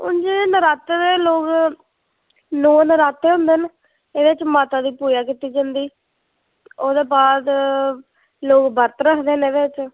ओह् हून जियां नौ नराते होंदे न ओह्दे च माता दी पूजा कीती जंदी ओह्दे बाद लोग बरत रक्खदे न